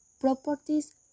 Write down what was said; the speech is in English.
properties